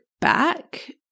back